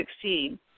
succeed